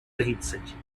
тридцать